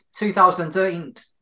2013